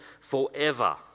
forever